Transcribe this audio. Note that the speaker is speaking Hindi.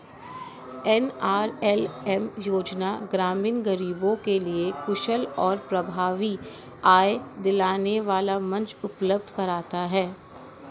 एन.आर.एल.एम योजना ग्रामीण गरीबों के लिए कुशल और प्रभावी आय दिलाने वाला मंच उपलब्ध कराता है